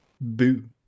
boo